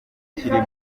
kirimo